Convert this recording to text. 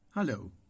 Hello